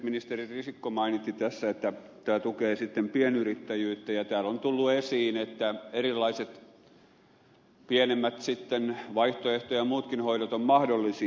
ministeri risikko mainitsi tässä että tämä tukee sitten pienyrittäjyyttä ja täällä on tullut esiin että erilaiset pienemmät vaihtoehto ja muutkin hoidot ovat mahdollisia